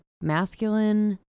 masculine